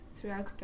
throughout